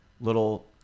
Little